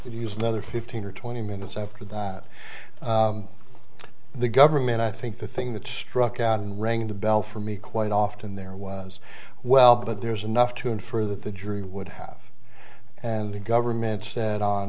if you use another fifteen or twenty minutes after that the government i think the thing that struck out and rang the bell for me quite often there was well but there's enough to infer that the jury would have and the government said on